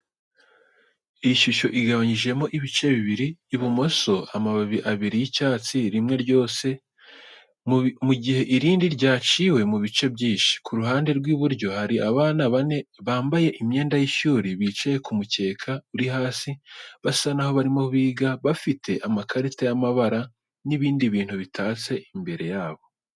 Iyi shusho igabanyijemo ibice bibiri. Ibumoso, amababi abiri y'icyatsi rimwe ryose, mu gihe irindi ryaciwe mu bice byinshi. Ku ruhande rw'iburyo, hari abana bane bambaye imyenda y'ishuri bicaye ku mukeka uri hasi, basa naho barimo biga, bafite amakarita y'amabara n'ibindi bintu bitatse imbere yabo.